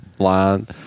line